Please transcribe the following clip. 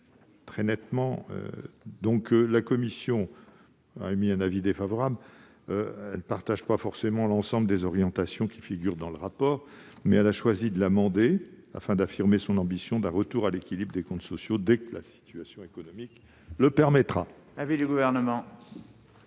très nettement ! La commission a émis un avis défavorable. Elle ne partage pas forcément l'ensemble des orientations figurant dans le rapport, mais a choisi d'amender ce dernier, afin d'affirmer son ambition d'un retour à l'équilibre des comptes sociaux dès que la situation économique le permettra. Quel est l'avis du Gouvernement ?